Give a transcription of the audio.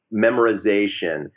memorization